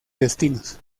destinos